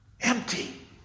Empty